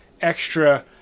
extra